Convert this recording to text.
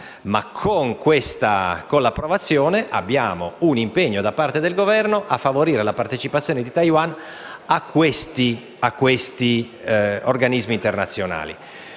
la sua approvazione, avremo un impegno da parte del Governo a favorire la partecipazione di Taiwan a questi organismi internazionali.